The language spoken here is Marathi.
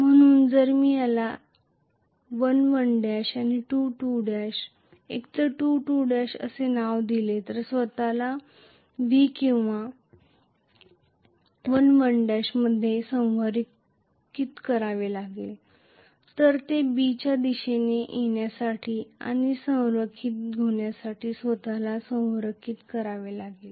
म्हणून जर मी याला 1 1 'आणि 2 2' एकतर 2 2 'असे नाव दिले तर स्वतःला व्ही किंवा 1 1' मध्ये संरेखित करावे लागेल तर ते बीच्या दिशेने येण्यासाठी आणि संरेखित होण्यासाठी स्वत ला संरेखित करावे लागेल